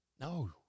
No